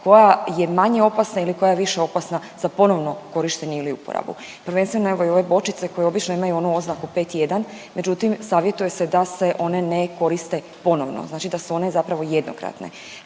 koja je manje opasna ili koja je više opasna za ponovno korištenje ili uporabu. Prvenstveno evo i one bočice koje obično imaju onu oznaku PET1, međutim, savjetuje se da se one ne koriste ponovno, znači da su one zapravo jednokratne.